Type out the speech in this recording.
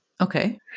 Okay